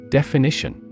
Definition